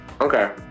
Okay